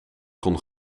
kon